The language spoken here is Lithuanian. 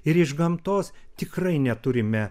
ir iš gamtos tikrai neturime